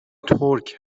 ترک